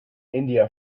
india